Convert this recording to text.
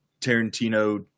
Tarantino